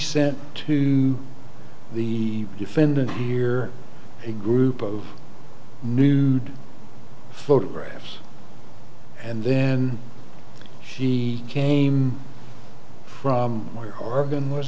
said to the defendant here a group of nude photographs and then he came from oregon